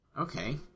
okay